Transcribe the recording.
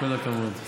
כל הכבוד.